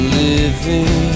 living